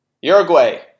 Uruguay